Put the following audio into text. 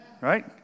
Right